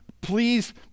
Please